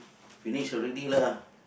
finish already lah